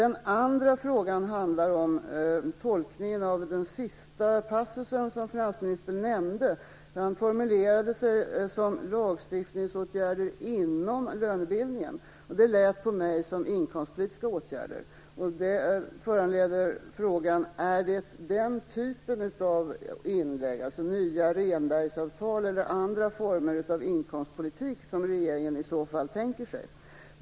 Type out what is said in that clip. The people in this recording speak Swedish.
Den andra frågan handlar om tolkningen av den sista passus i det finansministern nämnde. Han formulerade sig som att "lagstiftningsåtgärder inom lönebildningens område". Det lät på mig som inkomstpolitiska åtgärder. Det föranleder frågan: Är det den typen av inlägg, nya Rehnbergavtal eller andra former av inkomstpolitik, som regeringen i så fall tänker sig?